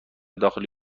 داخلی